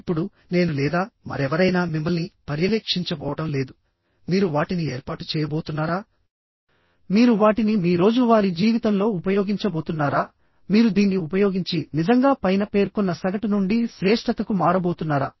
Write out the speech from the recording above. ఇప్పుడు నేను లేదా మరెవరైనా మిమ్మల్ని పర్యవేక్షించబోవడం లేదు మీరు వాటిని ఏర్పాటు చేయబోతున్నారామీరు వాటిని మీ రోజువారీ జీవితంలో ఉపయోగించబోతున్నారా మీరు దీన్ని ఉపయోగించి నిజంగా పైన పేర్కొన్న సగటు నుండి శ్రేష్ఠతకు మారబోతున్నారా